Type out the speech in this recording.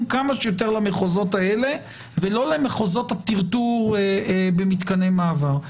כמה שיותר למחוזות האלה ולא למחוזות הטרטור במתקני המעבר.